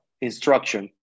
instruction